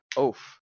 oof